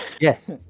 Yes